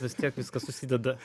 vis tiek viskas susideda